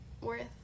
worth